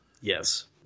Yes